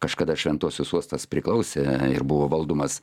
kažkada šventosios uostas priklausė ir buvo valdomas